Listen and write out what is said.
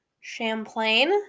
Champlain